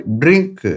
drink